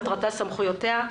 מטרתה וסמכויותיה?